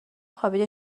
خوابیده